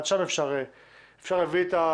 אי אפשר להביא את ה